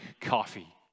coffee